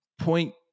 point